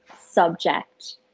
subject